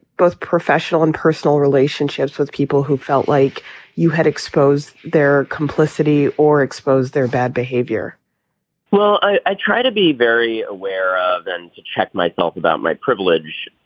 both professional and personal relationships with people who felt like you had expose their complicity or expose their bad behavior well i try to be very aware of and to check myself about my privilege.